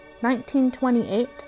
1928